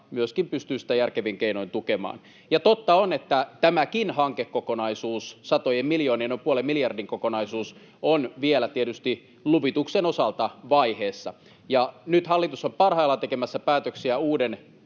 myöskin pystyä sitä järkevin keinoin tukemaan. Ja totta on, että tämäkin hankekokonaisuus, satojen miljoonien, noin puolen miljardin kokonaisuus, on vielä tietysti luvituksen osalta vaiheessa. Ja nyt hallitus on parhaillaan tekemässä päätöksiä uuden